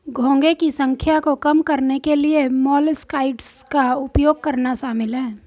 घोंघे की संख्या को कम करने के लिए मोलस्कसाइड्स का उपयोग करना शामिल है